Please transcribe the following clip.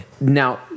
now